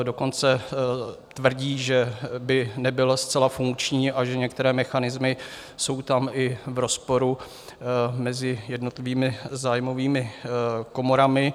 Dokonce tvrdí, že by nebyl zcela funkční a že některé mechanismy jsou tam i v rozporu mezi jednotlivými zájmovými komorami.